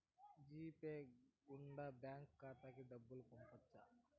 G pay గుండా bank ఖాతాకి డబ్బులు పంపొచ్చు